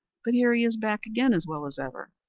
but here he is back again as well as ever.